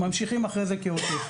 וממשיכים אחרי זה כעוטף.